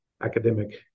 academic